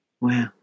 Wow